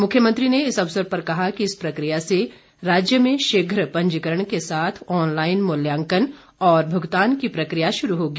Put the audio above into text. मुख्यमंत्री ने इस अवसर पर कहा कि इस प्रक्रिया से राज्य में शीघ्र पंजीकरण के साथ ऑनलाईन मूल्यांकन और भूगतान की प्रक्रिया शुरू होगी